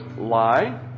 lie